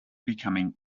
becoming